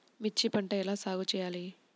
మిర్చి పంట ఎలా సాగు చేయాలి?